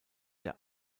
der